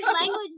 language